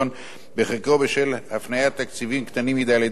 בחלקו בשל הפניית תקציבים קטנים מדי על-ידי החברה ובחלקו